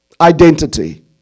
Identity